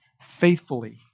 faithfully